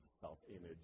self-image